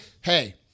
Hey